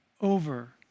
over